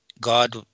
God